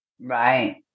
Right